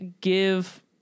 give